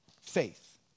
faith